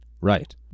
Right